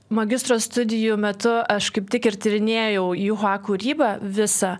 magistro studijų metu aš kaip tik ir tyrinėjau juhą kūrybą visą